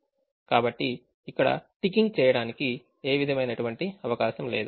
కాబట్టి ఇక్కడ టికింగ్ చేయడానికి ఏ విధమైనటువంటి అవకాశము లేదు